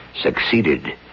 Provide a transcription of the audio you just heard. Succeeded